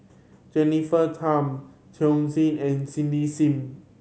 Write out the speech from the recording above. Jennifer Tham and Cindy Sim